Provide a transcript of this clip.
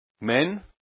Men